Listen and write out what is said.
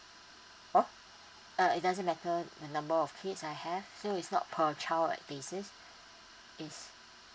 oh uh it doesn't matter the number of kids I have so is not per child basic is